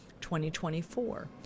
2024